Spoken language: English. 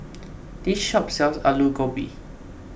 this shop sells Aloo Gobi